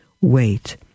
Wait